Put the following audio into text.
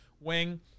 wing